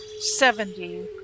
seventy